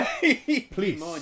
please